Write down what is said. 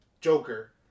Joker